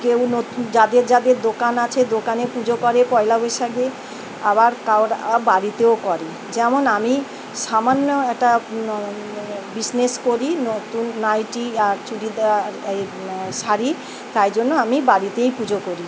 কেউ নতুন যাদের যাদের দোকান আছে দোকানে পুজো করে পয়লা বৈশাখে আবার কারুর বাড়িতেও করি যেমন আমি সামান্য একটা বিজনেস করি নতুন নাইটি আর চুড়িদার শাড়ি তাই জন্য আমি বাড়িতেই পুজো করি